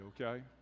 okay